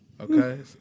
Okay